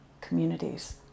communities